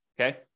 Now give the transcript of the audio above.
okay